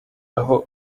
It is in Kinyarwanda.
aho